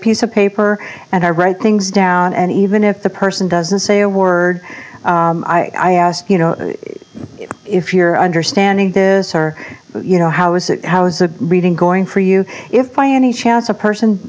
piece of paper and i write things down and even if the person doesn't say a word i ask you know if you're understanding this or you know how was it i was reading going for you if by any chance a person